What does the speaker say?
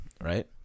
right